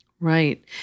Right